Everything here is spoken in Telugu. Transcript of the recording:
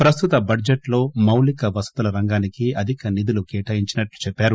ప్రస్తుత బడ్జెట్ లో మౌలిక వసతుల రంగానికి అధిక నిధులు కేటాయించినట్లు చెప్పారు